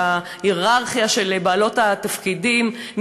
בהייררכיה של בעלות התפקידים,